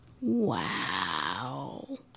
Wow